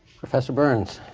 professor berns?